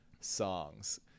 songs